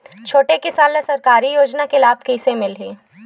छोटे किसान ला सरकारी योजना के लाभ कइसे मिलही?